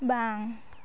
ᱵᱟᱝ